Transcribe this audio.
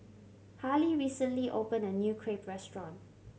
Harlie recently opened a new Crepe restaurant